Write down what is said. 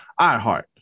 iHeart